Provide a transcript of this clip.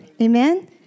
amen